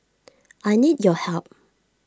I need your help